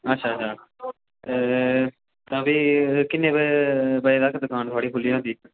अच्छा अच्छा ते ब किन्ने ब बजे तगर थुआढ़ी दकान खुल्ली होंदी